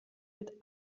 mit